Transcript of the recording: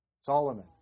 Solomon